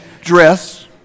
dress